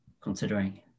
considering